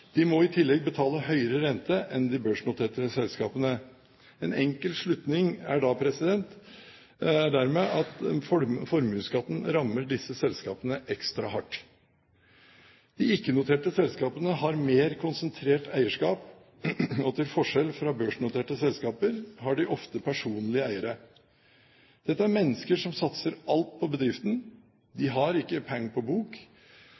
De må i tillegg betale høyere rente enn de børsnoterte selskapene. En enkel slutning er dermed at formuesskatten rammer disse selskapene ekstra hardt. De ikke-noterte selskapene har mer konsentrert eierskap, og til forskjell fra børsnoterte selskaper har de ofte personlige eiere. Dette er mennesker som satser alt på bedriften. De har ikke «pæeng på bok»,